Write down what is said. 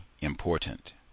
important